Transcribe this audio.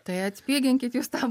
tai atpiginkit jūs tą